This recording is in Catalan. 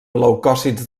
leucòcits